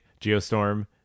Geostorm